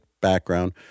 background